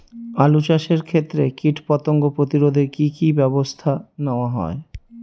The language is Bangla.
আলু চাষের ক্ষত্রে কীটপতঙ্গ প্রতিরোধে কি কী ব্যবস্থা নেওয়া হয়?